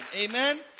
Amen